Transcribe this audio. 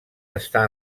està